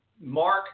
mark